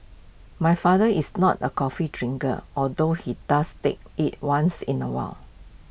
my father is not A coffee drinker although he does take IT once in A while